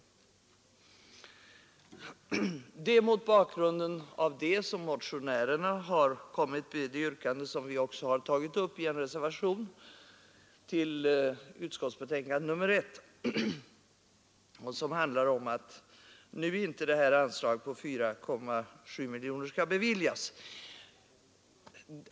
Det är mot den bakgrunden som motionärerna har kommit med det yrkande som vi också har tagit upp i reservationen 2 till utskottets betänkande nr 1 och som handlar om att anslaget på 4,7 miljoner inte skall beviljas.